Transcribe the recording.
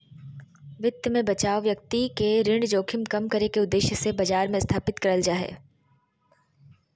वित्त मे बचाव व्यक्ति के ऋण जोखिम कम करे के उद्देश्य से बाजार मे स्थापित करल जा हय